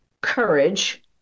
courage